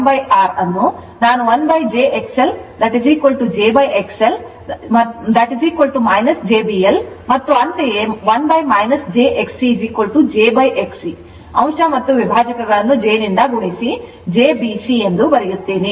ಆದ್ದರಿಂದ ಇಲ್ಲಿ G 1L ಅನ್ನು ನಾನು 1jXL jXL jB L ಮತ್ತು ಅಂತೆಯೇ 1 jXC ಅಂಶ ಮತ್ತು ವಿಭಾಜಕಗಳನ್ನು j ನಿಂದ ಗುಣಿಸಿ jB C ಎಂದು ಬರೆಯುತ್ತೇನೆ